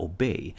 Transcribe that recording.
Obey